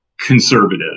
conservative